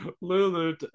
Lulu